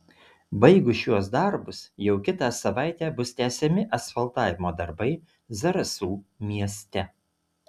baigus šiuos darbus jau kitą savaitę bus tęsiami asfaltavimo darbai zarasų mieste